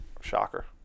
Shocker